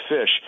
fish